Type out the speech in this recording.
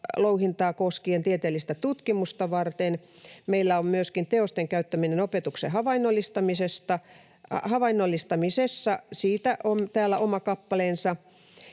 tiedonlouhintaa koskien tieteellistä tutkimusta varten. Myöskin teosten käyttämisestä opetuksen havainnollistamisessa on täällä oma kappaleensa